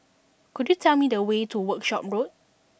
could you tell me the way to Workshop Road